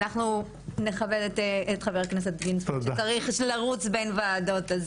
אז אנחנו נכבד את חבר הכנסת איתן גינזבורג שצריך לרוץ בין וועדות,